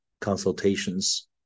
consultations